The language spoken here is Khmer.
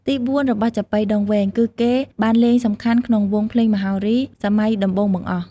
ទី៤ របស់ចាប៉ីដងវែង គឺគេបានលេងសំខាន់ក្នុងវង់ភ្លេងមហោរីសម័យដំបូងបង្អស់។